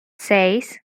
seis